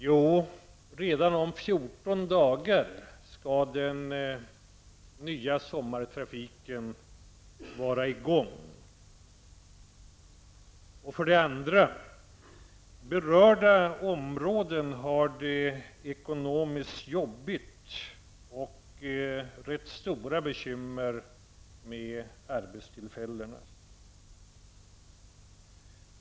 Jo, för det första skall den nya sommartrafiken vara i gång redan om 14 dagar. För det andra har berörda områden det ekonomiskt jobbigt. Man har rätt stora bekymmer när det gäller arbetstillfällena.